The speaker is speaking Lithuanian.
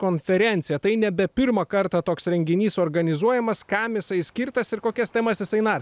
konferenciją tai nebe pirmą kartą toks renginys organizuojamas kam jisai skirtas ir kokias temas jisai na